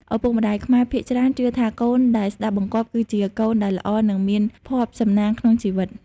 ឪពុកម្តាយខ្មែរភាគច្រើនជឿថាកូនដែលស្ដាប់បង្គាប់ គឺជាកូនដែល "ល្អ" និង "មានភ័ព្វសំណាង" ក្នុងជីវិត។